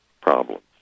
problems